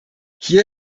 hier